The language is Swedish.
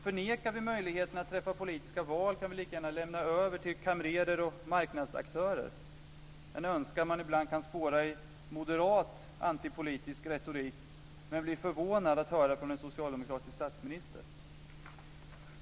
Förnekar vi möjligheten att träffa politiska val kan vi lika gärna lämna över till kamrerer och marknadsaktörer, en önskan man ibland kan spåra i moderat antipolitisk retorik, men blir förvånad att höra från en socialdemokratisk statsminister.